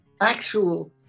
actual